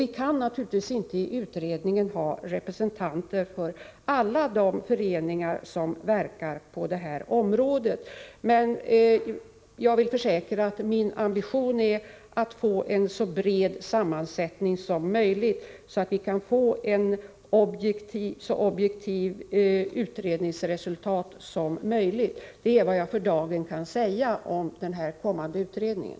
Vi kan naturligtvis inte i utredningen ha representanter för alla de föreningar som verkar här, men jag vill än en gång försäkra att min ambition är att få en bred sammansättning, så att vi kan få ett så objektivt utredningsresultat som möjligt. Detta är vad jag för dagen kan säga om den kommande utredningen.